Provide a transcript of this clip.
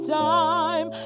time